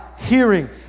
hearing